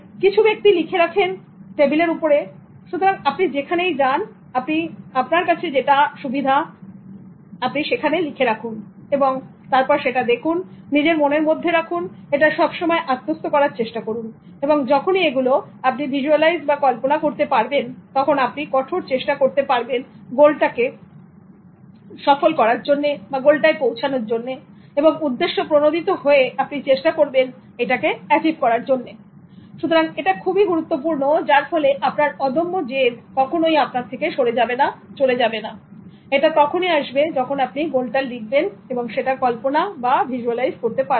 কিছু ব্যাক্তি লিখে রাখেন তার টেবিলের উপরে সুতরাং আপনি যেখানেই যান আপনি লিখে রাখুন এবং তারপর সেটা দেখুন নিজের মনের মধ্যে রাখুন এবং এটা সবসময় আত্মস্থ করার চেষ্টা করুন যখনই এগুলো আপনি ভিজুয়ালাইজ করতে পারবেন তখন আপনি কঠোর চেষ্টা করতে পারবেন গোলটাকে উদ্দেশ্যপ্রণোদিত হয়ে আপনি চেষ্টা করবেন এচিভ করার জন্য সুতরাং এটা খুবই গুরুত্বপূর্ণ যার ফলে আপনার অদম্য জেদ কখনোই আপনার থেকে সরে যাবে না চলে যাবে না এবং এটা তখনই আসবে যখন আপনি গোলটা লিখবেন এবং সেটা কল্পনা ভিজুয়ালাইজ করবেন